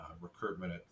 recruitment